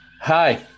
Hi